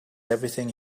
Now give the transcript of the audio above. everything